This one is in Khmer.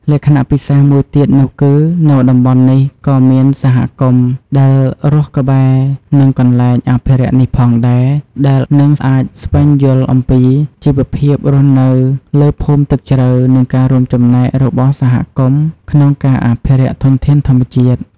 លក្ចណៈពិសេសមួយទៀតនោះគឺនៅតំបន់នេះក៏មានសហគមន៍ដែលរស់ក្បែរនិងកន្លែងអភិរក្សនេះផងដែលនិងអាចស្វែងយល់អំពីជីវភាពរស់នៅលើភូមិទឹកជ្រៅ និងការរួមចំណែករបស់សហគមន៍ក្នុងការអភិរក្សធនធានធម្មជាតិ។